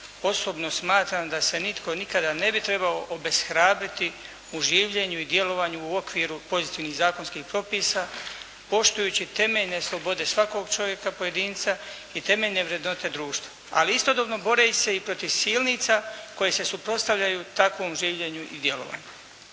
osobno smatram da s nitko nikada ne bi trebao obeshrabriti u življenju i djelovanju u okviru pozitivnih zakonskih propisa poštujući temeljne slobode svakog čovjeka pojedinca i temeljne vrednote društva. Ali istodobno boreći se i protiv silnica koje se suprotstavljaju takvom življenju i djelovanju.